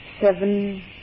seven